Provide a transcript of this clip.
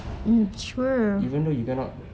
even though you cannot